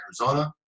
Arizona